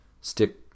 stick